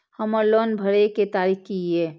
हमर लोन भरए के तारीख की ये?